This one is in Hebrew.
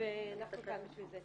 ואנחנו כאן בשביל זה.